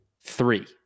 three